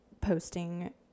posting